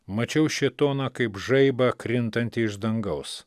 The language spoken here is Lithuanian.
mačiau šėtoną kaip žaibą krintantį iš dangaus